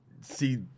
see